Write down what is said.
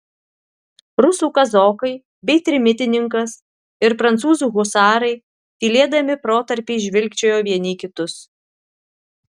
rusų kazokai bei trimitininkas ir prancūzų husarai tylėdami protarpiais žvilgčiojo vieni į kitus